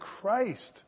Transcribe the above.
Christ